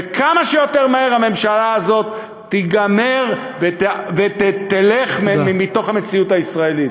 וכמה שיותר מהר הממשלה הזאת תיגמר ותלך מתוך המציאות הישראלית.